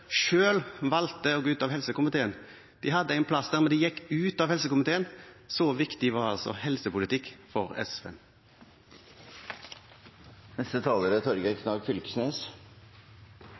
valgte å gå ut av helsekomiteen. De hadde en plass der, men de gikk ut av helsekomiteen. Så viktig var altså helsepolitikk for